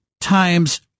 times